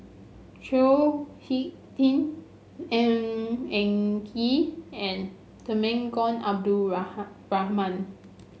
Chao HicK Tin Ng Eng Kee and Temenggong Abdul Rahman